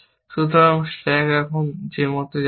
সুতরাং স্ট্যাক এখন যে মত যাচ্ছে